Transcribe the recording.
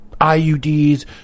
IUDs